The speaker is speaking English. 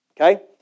Okay